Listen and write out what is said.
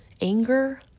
anger